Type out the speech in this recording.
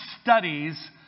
studies